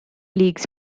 leagues